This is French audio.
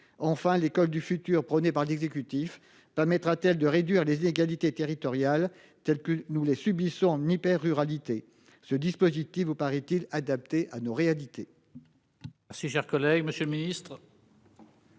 enfin l'école du futur prônée par l'exécutif permettra-t-elle de réduire les inégalités territoriales telles que nous les subissons en hyper-ruralité ce dispositif vous paraît-il adapté à nos réalités.